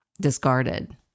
discarded